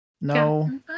no